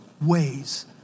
ways